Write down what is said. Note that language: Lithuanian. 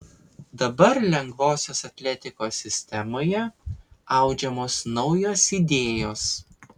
dabar lengvosios atletikos sistemoje audžiamos naujos idėjos